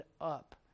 up